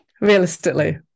realistically